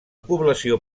població